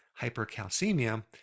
hypercalcemia